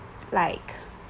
like